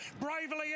bravely